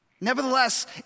Nevertheless